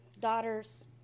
daughters